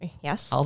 Yes